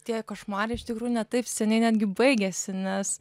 tie košmarai iš tikrųjų ne taip seniai netgi baigėsi nes